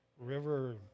river